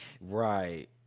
right